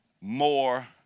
more